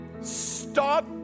stop